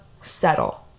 settle